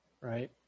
right